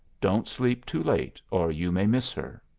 don't sleep too late or you may miss her.